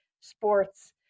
sports